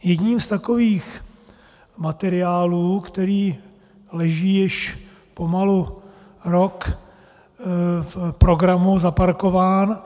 Jedním z takových materiálů, který leží již pomalu rok v programu zaparkován, je